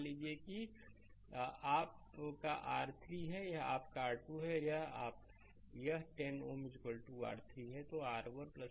मान लीजिए कि यह आपका R3 है यह आपका R2 है और यह 10 Ω R3 है